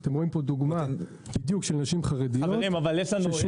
אתם רואים פה דוגמה של נשים חרדיות ששולבו,